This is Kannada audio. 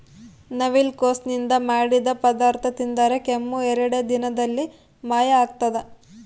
ನವಿಲುಕೋಸು ನಿಂದ ಮಾಡಿದ ಪದಾರ್ಥ ತಿಂದರೆ ಕೆಮ್ಮು ಎರಡೇ ದಿನದಲ್ಲಿ ಮಾಯ ಆಗ್ತದ